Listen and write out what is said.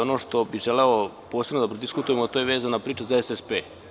Ono što bih želeo posebno da prodiskutujemo, to je vezana priča za SSP.